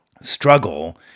Struggle